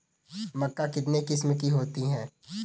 मक्का कितने किस्म की होती है?